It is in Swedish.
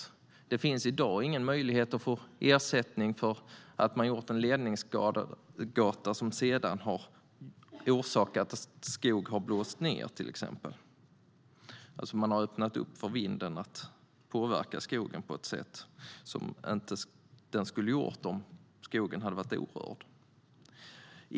I dag finns det till exempel ingen möjlighet att få ersättning för att det gjorts en ledningsgata som har gjort att skog har blåst ned, alltså att man har öppnat upp för vinden att påverka skogen på ett sätt som den inte skulle ha gjort om skogen hade varit orörd.